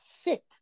sit